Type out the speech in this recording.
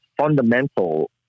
fundamental